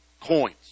coins